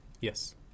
yes